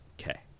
Okay